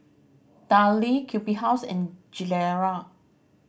Darlie Q B House and Gilera